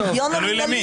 השוויון המינהלי.